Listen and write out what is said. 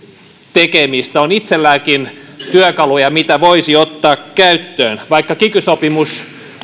tekemistä on itselläänkin työkaluja joita voisi ottaa käyttöön vaikka kiky sopimus